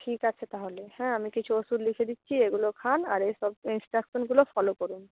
ঠিক আছে তাহলে হ্যাঁ আমি কিছু ওষুধ লিখে দিচ্ছি এগুলো খান আর এই সব ইনস্ট্রাকশনগুলো ফলো করুন